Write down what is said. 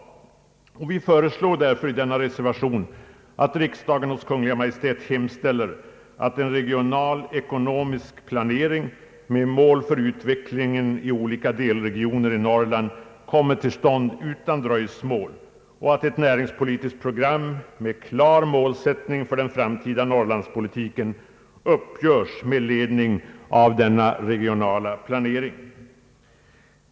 Vi föreslår i denna reservation att riksdagen »hos Kungl. Maj:t hemställer att en regional ekonomisk planering med mål för utvecklingen i olika delregioner i Norrland kommer till stånd utan dröjsmål och att ett näringspolitiskt program med klar målsättning för den framtida norrlandspolitiken uppgörs med ledning av den regionala planeringen».